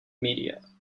media